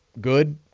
good